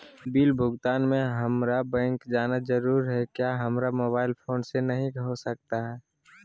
Bill भुगतान में हम्मारा बैंक जाना जरूर है क्या हमारा मोबाइल फोन से नहीं हो सकता है?